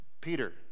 Peter